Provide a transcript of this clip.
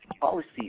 policies